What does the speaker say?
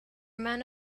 men